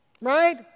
right